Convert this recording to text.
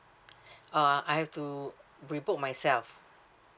uh I have to rebook myself